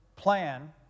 plan